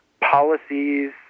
policies